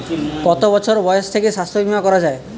কত বছর বয়স থেকে স্বাস্থ্যবীমা করা য়ায়?